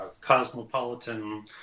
cosmopolitan